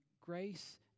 grace